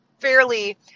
fairly